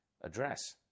address